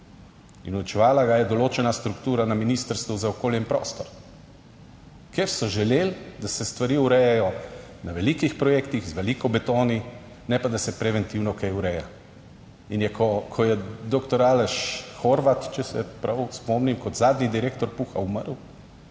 in uničevala ga je določena struktura na ministrstvu za okolje in prostor, ker so želeli, da se stvari urejajo na velikih projektih z veliko betoni, ne pa da se preventivno kaj ureja. In je, ko je doktor Aleš Horvat, če se prav spomnim, kot zadnji direktor Puha umrl,